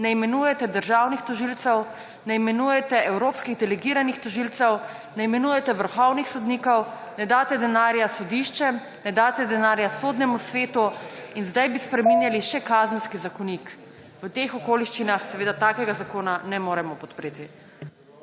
ne imenujete državnih tožilcev, ne imenujete evropskih delegiranih tožilcev, ne imenujete vrhovnih sodnikov, ne daste denarja sodiščem, ne daste denarja Sodnemu svetu in sedaj bi spreminjali še Kazenski zakonik. V teh okoliščinah seveda takega zakona ne moremo podpreti.